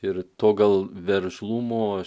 ir to gal veržlumo